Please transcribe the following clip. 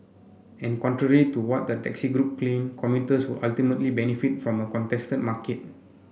and contrary to what the taxi group claim commuters would ultimately benefit from a contested market